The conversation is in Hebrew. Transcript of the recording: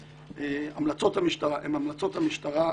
המלצות המשטרה הן המלצות המשטרה.